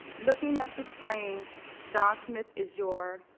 looking at the screen john smith is your?